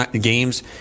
games